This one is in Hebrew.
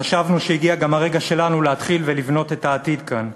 חשבנו שהגיע גם הרגע שלנו להתחיל ולבנות את העתיד כאן,